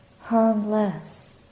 harmless